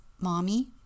Mommy